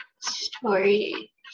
story